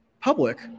public